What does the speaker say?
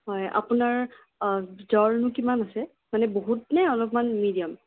হয় আপোনাৰ জ্বৰনো কিমান আছে মানে বহুতনে অলপমান মিডিয়াম